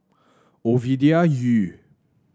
Ovidia Yu